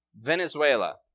Venezuela